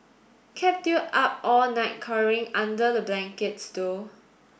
kept you up all night cowering under the blankets though